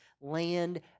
land